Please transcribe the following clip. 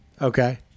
Okay